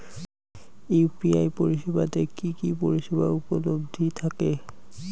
UPI পরিষেবা তে কি কি পরিষেবা উপলব্ধি থাকে?